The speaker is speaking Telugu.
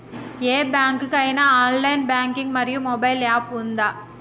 ఏ బ్యాంక్ కి ఐనా ఆన్ లైన్ బ్యాంకింగ్ మరియు మొబైల్ యాప్ ఉందా?